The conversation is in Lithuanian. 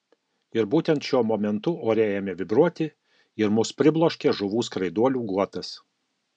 ir būtent šiuo momentu ore ėmė vibruoti ir mus pribloškė žuvų skraiduolių guotas